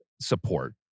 support